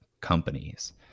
companies